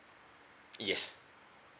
yes